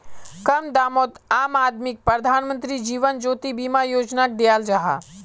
कम दामोत आम आदमीक प्रधानमंत्री जीवन ज्योति बीमा योजनाक दियाल जाहा